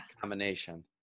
combination